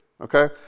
Okay